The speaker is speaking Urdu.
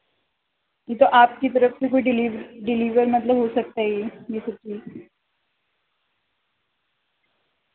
جی تو آپ کی طرف سے کوئی ڈلیور مطلب ہو سکتا ہے یہ یہ سب چیز